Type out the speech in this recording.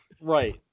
Right